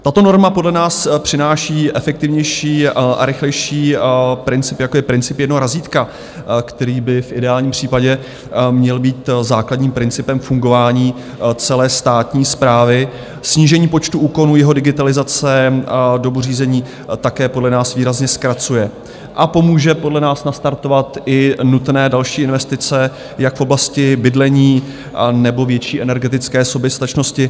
Tato norma podle nás přináší efektivnější a rychlejší princip, jako je princip jednoho razítka, který by v ideálním případě měl být základním principem fungování celé státní správy, snížení počtu úkonů, jeho digitalizace a dobu řízení také podle nás výrazně zkracuje a pomůže podle nás nastartovat i nutné další investice jak v oblasti bydlení nebo větší energetické soběstačnosti.